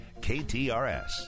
KTRS